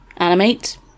animate